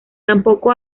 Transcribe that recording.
tampoco